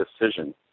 decision